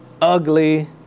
ugly